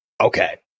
okay